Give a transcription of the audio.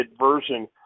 version